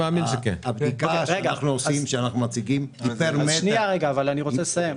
אבל שניה רגע אני רוצה לסיים,